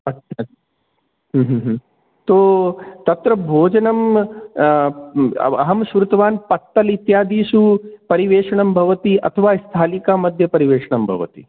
अच् अच् तो तत्र भोजनम् अहं श्रुत्वान् पत्तल् इत्यादिषु पारिवेषणं भवति अथवा स्थालिकामध्ये परिवेशनं भवति